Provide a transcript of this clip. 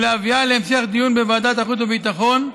ולהביאה להמשך דיון בוועדת החוץ והביטחון.